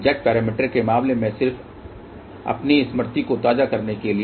Z parameter के मामले में सिर्फ अपनी स्मृति को ताज़ा करने के लिए